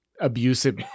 abusive